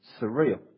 surreal